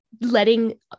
letting